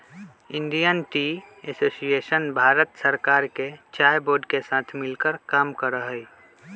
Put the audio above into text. Indian tea association Bharat सरकार के चाय बोर्ड के साथ मिलकर काम करा हई